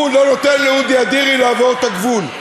הוא לא נותן לאודי אדירי לעבור את הגבול.